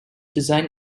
design